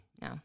No